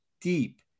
deep